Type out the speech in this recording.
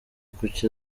kuki